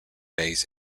bays